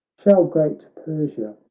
shall great persia,